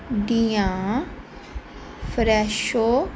ਦੀਆਂ ਫਰੈਸ਼ੋ